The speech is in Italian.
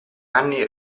anni